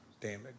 damage